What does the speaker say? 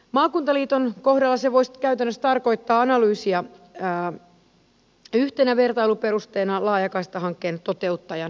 maakuntaliiton kohdalla se voisi käytännössä tarkoittaa analyysia yhtenä vertailuperusteena laajakaistahankkeen toteuttajan valinnassa